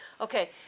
Okay